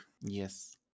Yes